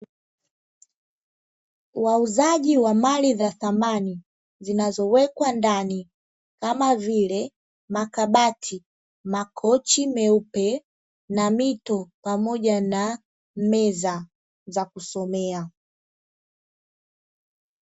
Wauzaji wa mali za samani zinazowekwa ndani kama vile: makabati, makochi meupe na mito pamoja na meza za kusomea.